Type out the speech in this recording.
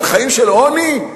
אבל חיים של עוני?